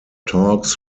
talks